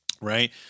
right